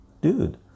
Dude